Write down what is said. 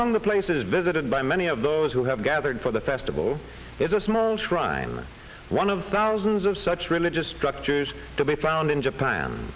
on the places visited by many of those who have gathered for the festival is a small shrine one of thousands of such religious structures to be found in japan